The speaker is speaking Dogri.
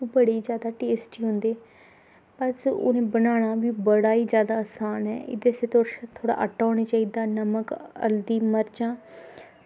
ओह् बड़ी जादै टेस्टी होंदे ते एह् बनाना बी बड़ा जादा आसान ऐ एह्दे आस्तै तुसें गी थोह्ड़ा आटा होना चाहिदा ते नमक हल्दी मर्चां